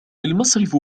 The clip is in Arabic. المصرف